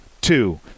two